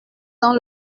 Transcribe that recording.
dans